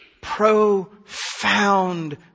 Profound